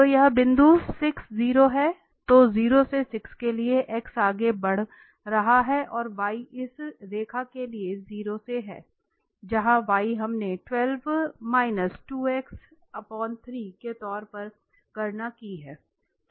तो यह बिंदु 60 है तो 0 से 6 के लिए x आगे बढ़ रहा है और y इस रेखा के लिए 0 से है जहां y हमने 3 के तोर पर गणना की है